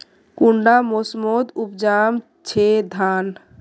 कुंडा मोसमोत उपजाम छै धान?